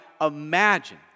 imagine